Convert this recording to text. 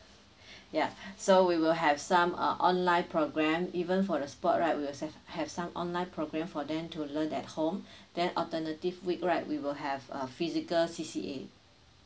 ya so we will have some uh online program even for the sport right we will have have some online program for them to learn at home then alternative week right we will have uh physical C_C_A